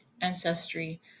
ancestry